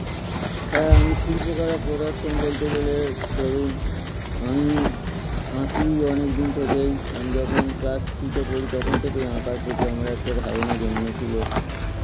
হ্যাঁ আমি শিল্পকলা প্রদর্শন বলতে গেলে ধরুন আমি আঁকি অনেক দিন থেকেই আমি যখন ক্লাস থ্রিতে পড়ি তখন থেকেই আঁকার প্রতি আমরা একটা ধারণা জন্মেছিলো